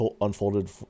unfolded